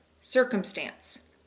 circumstance